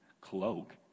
cloak